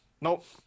Nope